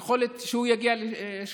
יכול להיות שהוא יגיע ל-3,000,